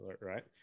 right